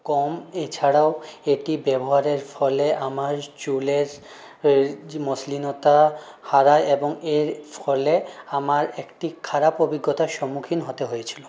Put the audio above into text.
কম এছাড়াও এটি ব্যবহারের ফলে আমার চুলের মস্লিনতা হারায় এবং এর ফলে আমার একটি খারাপ অভিজ্ঞতার সম্মুখীন হতে হয়েছিল